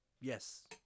yes